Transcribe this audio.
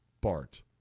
Bart